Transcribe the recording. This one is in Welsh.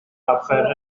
arfer